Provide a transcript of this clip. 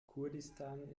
kurdistan